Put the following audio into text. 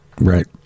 Right